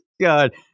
God